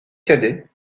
cadet